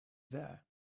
there